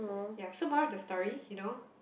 ya so moral of the story you know